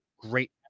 Great